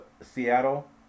Seattle